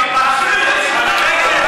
ועדת חקירה,